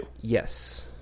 yes